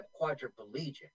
quadriplegic